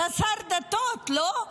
אתה שר הדתות, לא?